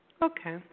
Okay